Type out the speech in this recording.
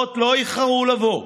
והתוצאות לא איחרו לבוא.